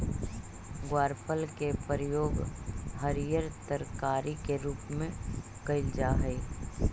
ग्वारफल के प्रयोग हरियर तरकारी के रूप में कयल जा हई